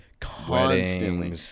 Constantly